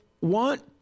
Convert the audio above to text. want